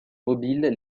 mobiles